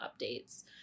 updates